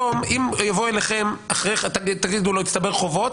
אם הוא יבוא היום אליכם, תגידו לו: הצטברו חובות.